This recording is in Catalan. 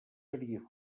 seria